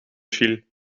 viel